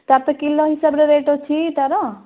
ତାର ତ କିଲୋ ହିସାବରେ ରେଟ୍ ଅଛି ତାର